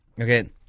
Okay